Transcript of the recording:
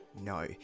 No